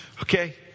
okay